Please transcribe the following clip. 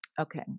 Okay